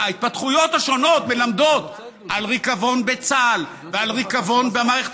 ההתפתחויות השונות מלמדות על ריקבון בצה"ל ועל ריקבון במערכת